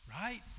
right